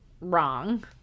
wrong